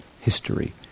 history